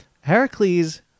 Heracles